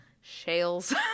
shales